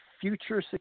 future